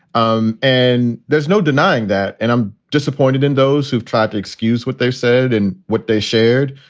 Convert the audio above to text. um and there's no denying that. and i'm disappointed in those who've tried to excuse what they've said and what they shared.